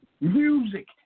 Music